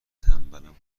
تنبلم